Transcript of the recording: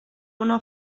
una